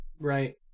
Right